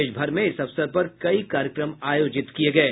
देशभर में इस अवसर पर कई कार्यक्रम आयोजित किए गये